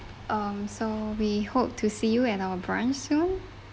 um so we hope to see you at our branch soon